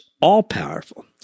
all-powerful